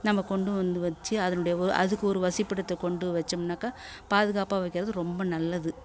நம்ம கொண்டு வந்து வெச்சு அதனுடைய வொ அதுக்கு ஒரு வசிப்பிடத்தை கொண்டு வைச்சோம்னாக்கா பாதுகாப்பாக வைக்கறது ரொம்ப நல்லது